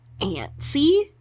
antsy